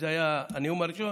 אם זה היה הנאום הראשון,